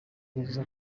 byiza